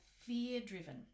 fear-driven